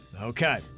Okay